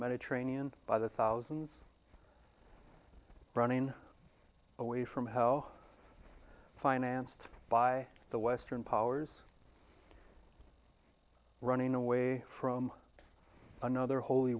mediterranean by the thousands running away from hell financed by the western powers running away from another holy